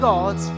God